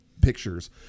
pictures